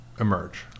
emerge